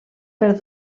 per